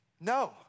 No